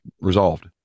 resolved